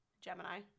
Gemini